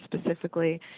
specifically